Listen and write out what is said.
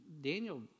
Daniel